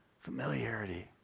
familiarity